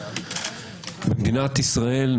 במדינת ישראל,